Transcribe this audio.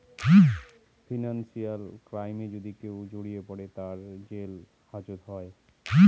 financial ক্রাইমে যদি কেউ জড়িয়ে পরে, তার জেল হাজত হয়